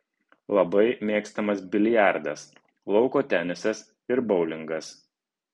labai mėgstamas biliardas lauko tenisas ir boulingas